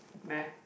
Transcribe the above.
meh